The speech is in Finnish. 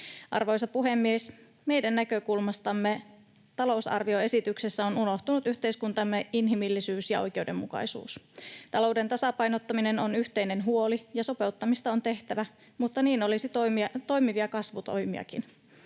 Arvoisa puhemies! Meidän näkökulmastamme talousarvioesityksessä on unohtunut yhteiskuntamme inhimillisyys ja oikeudenmukaisuus. Talouden tasapainottaminen on yhteinen huoli, ja sopeuttamista on tehtävä, mutta niin olisi tehtävä toimivia kasvutoimiakin.